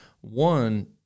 one